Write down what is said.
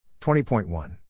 20.1